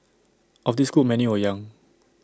of this group many were young